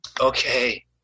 Okay